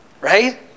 Right